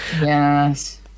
yes